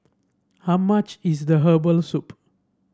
how much is the Herbal Soup